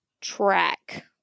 track